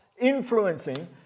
influencing